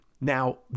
Now